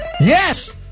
Yes